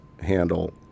handle